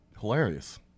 Hilarious